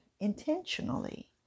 intentionally